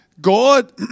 God